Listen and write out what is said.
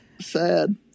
sad